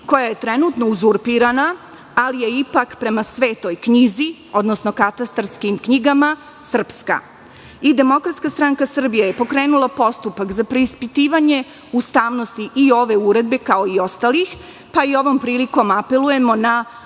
koja je trenutno uzurpirana ali je ipak prema svetoj knjizi, odnosno katastarskih knjigama, srpska. Demokratska stranka Srbije je pokrenula postupak za preispitivanje ustavnosti i ove uredbe, kao i ostalih, pa i ovom prilikom apelujemo na